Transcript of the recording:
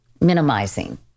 minimizing